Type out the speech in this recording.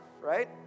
right